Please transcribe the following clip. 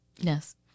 Yes